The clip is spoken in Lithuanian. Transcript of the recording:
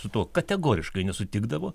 su tuo kategoriškai nesutikdavo